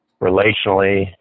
relationally